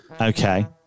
Okay